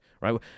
right